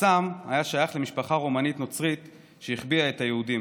האסם היה שייך למשפחה רומנית נוצרית שהחביאה את היהודים.